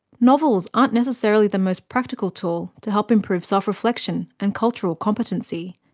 novels aren't necessarily the most practical tool to help improve self-reflection and cultural competency.